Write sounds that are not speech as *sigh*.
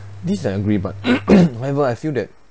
this I agree but *coughs* however I feel that